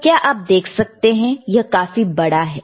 तो क्या आप देख सकते हैं यह काफी बड़ा है